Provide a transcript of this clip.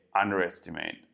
underestimate